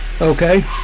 Okay